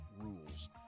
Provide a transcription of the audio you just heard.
rules